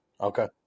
Okay